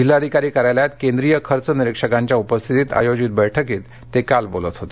जिल्हाधिकारी कार्यालयात केंद्रीय खर्च निरीक्षकांच्या उपस्थितीत आयोजित बैठकीत ते काल बोलत होते